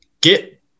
get